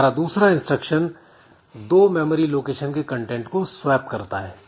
हमारा दूसरा इंस्ट्रक्शन दो मेमोरी लोकेशन के कंटेंट को स्वेप करता है